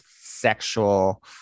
sexual